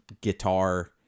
guitar